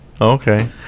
Okay